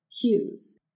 cues